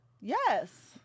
Yes